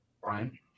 Brian